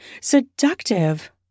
seductive